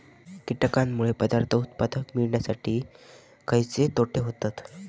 कीटकांनमुळे पदार्थ उत्पादन मिळासाठी खयचे तोटे होतत?